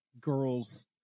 girls